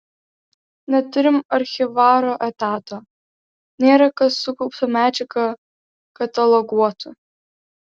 neturim archyvaro etato nėra kas sukauptą medžiagą kataloguotų